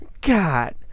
God